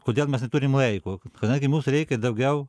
kodėl mes neturim laiko kadangi mums reikia daugiau